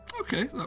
Okay